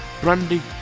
Brandy